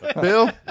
Bill